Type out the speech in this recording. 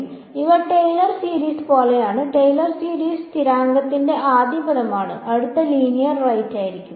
അതിനാൽ ഇവ Taylor series പോലെയാണ് ട്രെയിലർ സീരീസ് സ്ഥിരാങ്കത്തിന്റെ ആദ്യ പദമാണിത് അടുത്തത് ലീനിയർ റൈറ്റ് ആയിരിക്കും